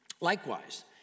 Likewise